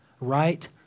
Right